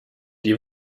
die